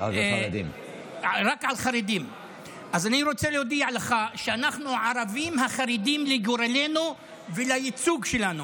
אני רוצה להודיע לך שאנחנו ערבים החרדים לגורלנו ולייצוג שלנו.